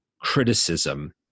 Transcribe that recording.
criticism